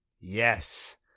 Yes